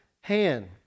hand